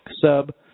sub